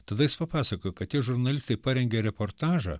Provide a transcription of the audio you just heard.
tada jis papasakojo kad tie žurnalistai parengė reportažą